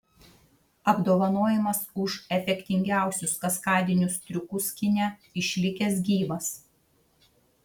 apdovanojimas už efektingiausius kaskadinius triukus kine išlikęs gyvas